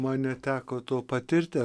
man neteko to patirti